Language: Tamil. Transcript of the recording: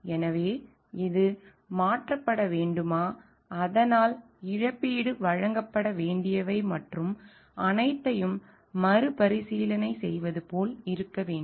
எனவே இது மாற்றப்பட வேண்டுமா அதனால் இழப்பீடு வழங்கப்பட வேண்டியவை மற்றும் அனைத்தையும் மறுபரிசீலனை செய்வது போல் இருக்க வேண்டும்